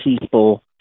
people